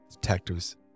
detectives